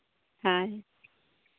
ᱦᱳᱭ